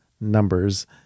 numbers